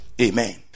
Amen